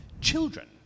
children